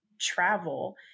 travel